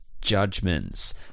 judgments